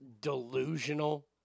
delusional